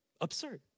absurd